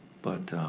but